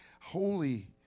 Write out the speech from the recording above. holy